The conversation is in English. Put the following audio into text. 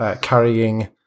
carrying